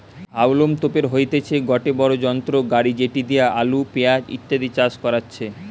হাউলম তোপের হইতেছে গটে বড়ো যন্ত্র গাড়ি যেটি দিয়া আলু, পেঁয়াজ ইত্যাদি চাষ করাচ্ছে